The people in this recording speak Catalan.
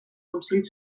consell